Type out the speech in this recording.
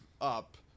up